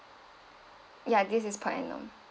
ya this is per annum